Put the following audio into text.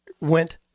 went